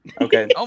Okay